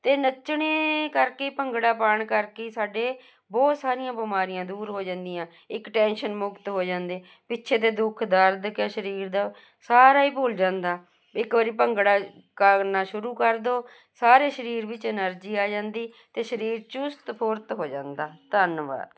ਅਤੇ ਨੱਚਣ ਕਰਕੇ ਭੰਗੜਾ ਪਾਉਣ ਕਰਕੇ ਸਾਡੇ ਬਹੁਤ ਸਾਰੀਆਂ ਬਿਮਾਰੀਆਂ ਦੂਰ ਹੋ ਜਾਂਦੀਆਂ ਇੱਕ ਟੈਨਸ਼ਨ ਮੁਕਤ ਹੋ ਜਾਂਦੇ ਪਿੱਛੇ ਦੇ ਦੁੱਖ ਦਰਦ ਕਿਆ ਸਰੀਰ ਦਾ ਸਾਰਾ ਹੀ ਭੁੱਲ ਜਾਂਦਾ ਇੱਕ ਵਾਰੀ ਭੰਗੜਾ ਕਰਨਾ ਸ਼ੁਰੂ ਕਰ ਦਿਉ ਸਾਰੇ ਸਰੀਰ ਵਿੱਚ ਐਨਰਜੀ ਆ ਜਾਂਦੀ ਅਤੇ ਸਰੀਰ ਚੁਸਤ ਫੁਰਤ ਹੋ ਜਾਂਦਾ ਧੰਨਵਾਦ